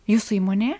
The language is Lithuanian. jūsų įmonėje